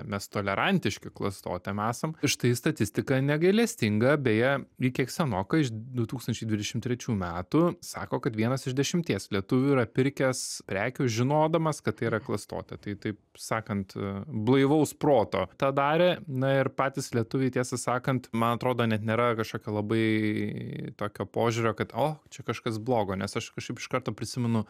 mes tolerantiški klastotėm esam štai statistika negailestinga beje ji kiek senoka iš du tūkstančiai dvidešimt trečių metų sako kad vienas iš dešimties lietuvių yra pirkęs prekių žinodamas kad tai yra klastotė tai taip sakant blaivaus proto tą darė na ir patys lietuviai tiesą sakant man atrodo net nėra kažkokia labai tokio požiūrio kad o čia kažkas blogo nes aš kažkaip iš karto prisimenu